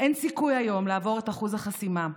אין סיכוי היום לעבור את אחוז החסימה,